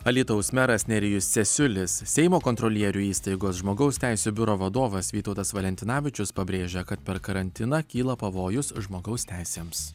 alytaus meras nerijus cesiulis seimo kontrolierių įstaigos žmogaus teisių biuro vadovas vytautas valentinavičius pabrėžia kad per karantiną kyla pavojus žmogaus teisėms